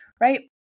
right